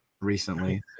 recently